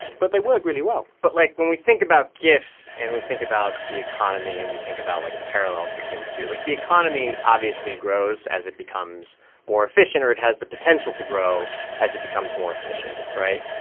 but they work really well but, like, when we think about gifts and we think about the economy and we think about, like, the parallels between the two like, the economy obviously grows as it becomes more efficient, or it has the potential to grow as it becomes more efficient, right?